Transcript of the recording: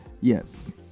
Yes